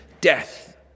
death